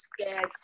scared